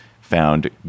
found